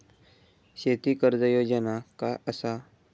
शेती कर्ज योजना काय असा?